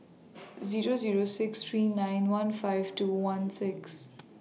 Zero Zero six three nine one five two one six